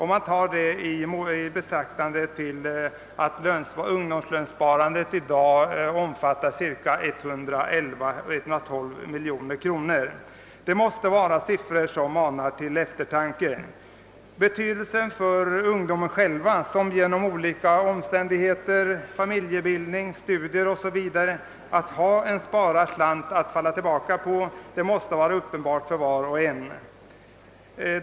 Mot bakgrunden av att ungdomslönsparandet i dag omfattar cirka 112 miljoner kronor måste detta mana till eftertanke. Betydelsen för ungdomarna själva av att i olika sammanhang — familjebildning, studier o.s.v. — ha en sparad slant att falla tillbaka på måste vara uppenbar för var och en.